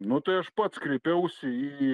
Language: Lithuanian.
nu tai aš pats kreipiausi į